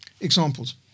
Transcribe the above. Examples